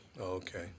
Okay